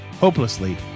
hopelessly